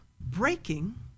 breaking